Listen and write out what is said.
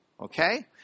Okay